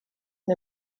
and